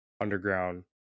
underground